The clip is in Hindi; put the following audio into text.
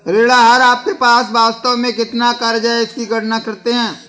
ऋण आहार आपके पास वास्तव में कितना क़र्ज़ है इसकी गणना करते है